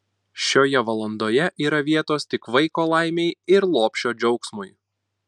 šioje valandoje yra vietos tik vaiko laimei ir lopšio džiaugsmui